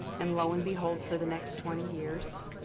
and lo and behold, for the next twenty years,